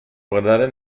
guardare